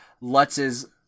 Lutz's